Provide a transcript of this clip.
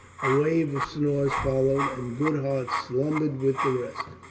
a wave of snores followed, and goodhart slumbered with the rest.